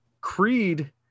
Creed